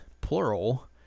plural